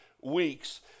weeks